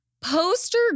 Poster